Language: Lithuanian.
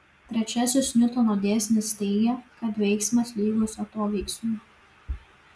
trečiasis niutono dėsnis teigia kad veiksmas lygus atoveiksmiui